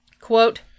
Quote